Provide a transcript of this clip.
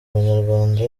abanyarwanda